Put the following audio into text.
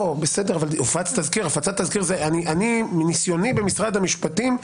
בסדר, אבל מניסיוני במשרד המשפטים,